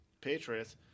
Patriots